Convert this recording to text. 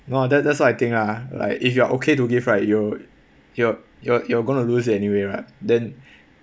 no ah that's that's what I think lah like if you are okay to give right you you're you're you're going to lose it anyway right then